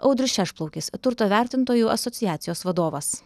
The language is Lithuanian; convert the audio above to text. audrius šešplaukis turto vertintojų asociacijos vadovas